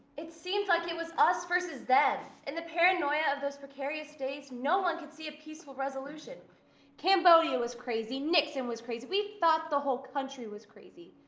it seemed like it was us versus them. in the paranoia of those precarious days, no one could see a peaceful resolution cambodia was crazy, nixon was crazy, we thought the whole country was crazy.